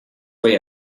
way